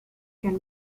can